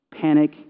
panic